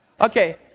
Okay